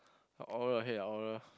oral your head ah oral